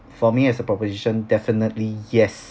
for me as a proposition definitely yes